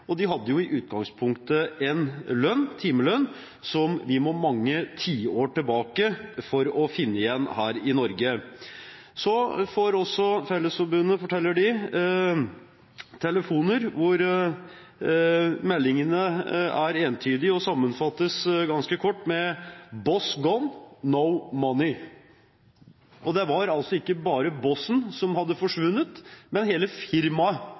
og de hadde i utgangspunktet en timelønn som vi må mange tiår tilbake for å finne igjen her i Norge. Så forteller Fellesforbundet også at de får telefoner hvor meldingene er entydige og sammenfattes ganske kort med: «Boss gone, no money». Det var altså ikke bare bossen som hadde forsvunnet, men hele firmaet